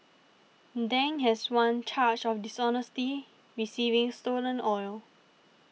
Dang has one charge of dishonestly receiving stolen oil